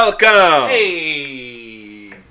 Welcome